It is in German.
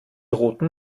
roten